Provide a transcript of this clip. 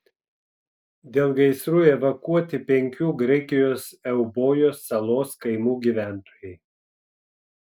dėl gaisrų evakuoti penkių graikijos eubojos salos kaimų gyventojai